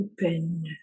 Open